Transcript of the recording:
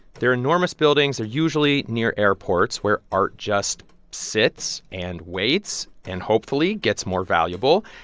they're enormous buildings. they're usually near airports where art just sits and waits and hopefully gets more valuable.